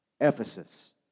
Ephesus